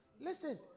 Listen